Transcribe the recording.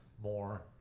more